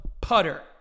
putter